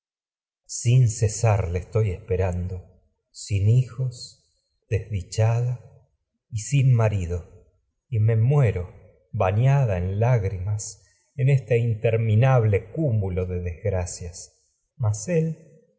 sin cesar le estoy esperando sin hijos y sin marido y me muero bañada en lágri interminable de lo que mas en este cúmulo de desgracias mas que se él